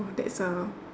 that's uh